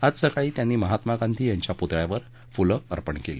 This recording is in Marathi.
आज सकाळी त्यांनी महात्मा गांधी यांच्या पुतळ्यावर फुलं अर्पण केली